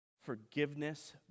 Forgiveness